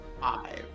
Five